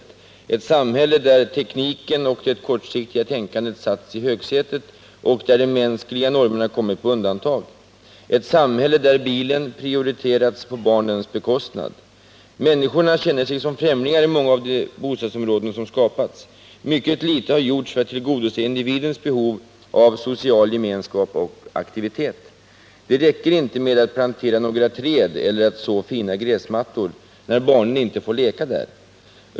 Det är ett samhälle där tekniken och det kortsiktiga tänkandet satts i högsätet och där de mänskliga normerna kommit på undantag, ett samhälle där bilen prioriterats på barnens bekostnad. Människorna känner sig som främlingar i många av de bostadsområden som skapats. Mycket litet har gjorts för att tillgodose individens behov av social gemenskap och aktivitet. Det räcker inte med att plantera några träd eller att så fina gräsmattor, när barnen inte får leka där.